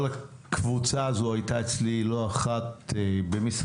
כל הקבוצה הזו היתה אצלי לא אחת במשרדי